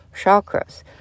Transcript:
chakras